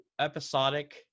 episodic